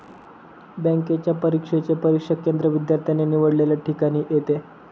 बँकेच्या परीक्षेचे परीक्षा केंद्र विद्यार्थ्याने निवडलेल्या ठिकाणी येते